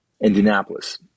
Indianapolis